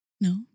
No